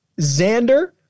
Xander